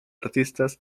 artistas